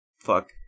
fuck